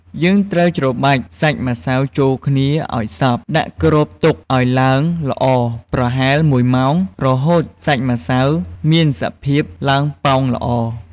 យើងត្រូវច្របាច់សាច់ម្សៅចូលគ្នាឱ្យសព្វ ដាក់គ្របទុកឱ្យឡើងល្អប្រហែលមួយម៉ោង រហូតសាច់ម្សៅមានសភាពឡើងប៉ោងល្អ។